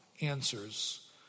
answers